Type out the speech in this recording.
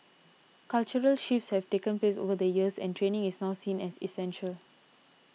cultural shifts have taken place over the years and training is now seen as essential